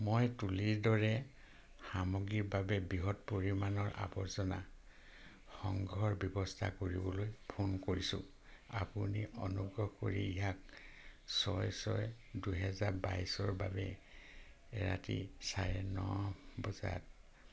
মই তুলীৰ দৰে সামগ্ৰীৰ বাবে বৃহৎ পৰিমাণৰ আৱৰ্জনা সংগ্ৰহৰ ব্যৱস্থা কৰিবলৈ ফোন কৰিছোঁ আপুনি অনুগ্ৰহ কৰি ইয়াক ছয় ছয় দুহেজাৰ বাইছৰ বাবে ৰাতি চাৰে ন বজাত